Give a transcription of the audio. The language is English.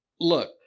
look